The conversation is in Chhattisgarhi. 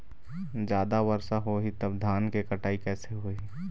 जादा वर्षा होही तब धान के कटाई कैसे होही?